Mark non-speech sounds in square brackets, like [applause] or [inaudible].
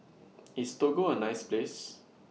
[noise] IS Togo A nice Place